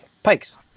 pikes